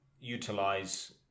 utilize